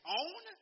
own